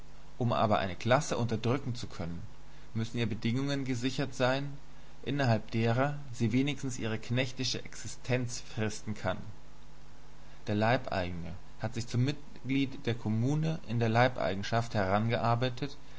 um aber eine klasse unterdrücken zu können müssen ihr bedingungen gesichert sein innerhalb derer sie wenigstens ihre knechtische existenz fristen kann der leibeigene hat sich zum mitglied der kommune in der leibeigenschaft